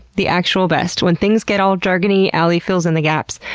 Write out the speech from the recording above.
the actual best. when things get all jargony alie fills in the gaps.